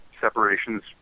separations